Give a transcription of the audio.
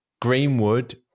Greenwood